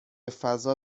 فضا